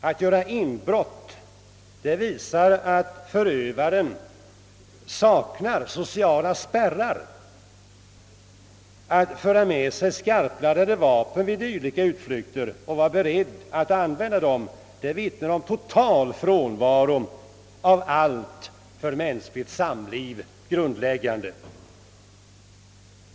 Att göra inbrott avslöjar brist på sociala spärrar. Att förse sig med skarpladdade vapen vid dylika utflykter och att vara beredd att använda dem vittnar om total frånvaro av allt för mänskligt samliv grundläggande.